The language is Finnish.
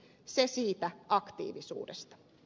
se siitä aktiivisuudesta